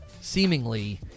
seemingly